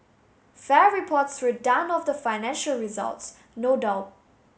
fair reports were done of the financial results no doubt